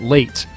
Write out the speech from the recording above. Late